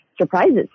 surprises